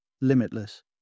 Limitless